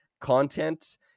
content